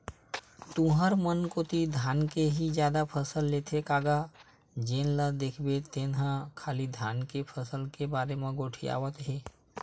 तुंहर मन कोती धान के ही जादा फसल लेथे का गा जेन ल देखबे तेन ह खाली धान के फसल के बारे म गोठियावत हे?